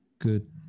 Good